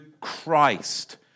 Christ